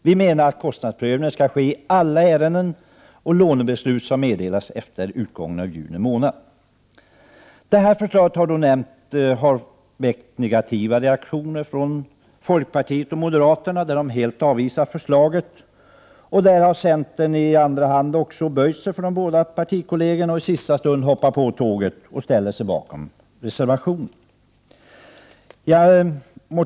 Vi menar att kostnadsprövningen skall göras i alla låneärenden där lånebeslut meddelas efter utgången av juni månad 1989. Det av mig nu nämnda förslaget har väckt negativa reaktioner från folkpartiet och moderaterna, som helt avvisar detsamma. Centern har efter hand böjt sig för de både broderpartierna och i sista stund ställt sig bakom reservationen.